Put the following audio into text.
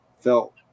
felt